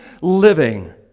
living